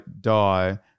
die